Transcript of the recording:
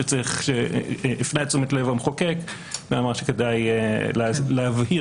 שהפנה את תשומת לב המחוקק ואמר שכדאי להבהיר